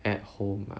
at home lah